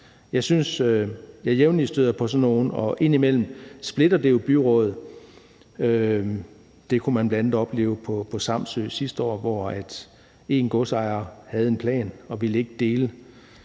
støder på den slags, og indimellem splitter det byrådet. Det kunne de bl.a. opleve på Samsø sidste år, hvor en godsejer havde en plan og ikke ville dele